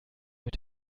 mit